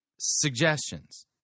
suggestions